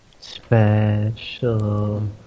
Special